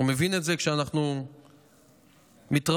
הוא מבין שאנחנו מתרבים,